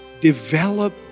develop